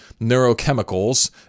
neurochemicals